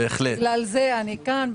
בגלל זה אני כאן,